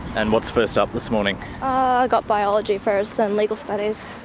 and what's first up this morning? i've got biology first, then legal studies.